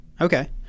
Okay